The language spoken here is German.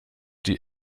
die